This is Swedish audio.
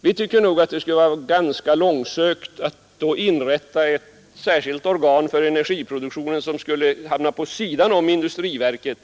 Vi tycker att det då skulle vara ganska långsökt att inrätta ett särskilt organ för energiproduktionen som skulle hamna vid sidan om industriverket.